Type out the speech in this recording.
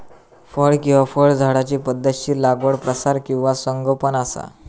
फळ किंवा फळझाडांची पध्दतशीर लागवड प्रसार किंवा संगोपन असा